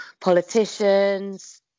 politicians